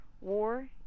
war